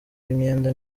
y’imyenda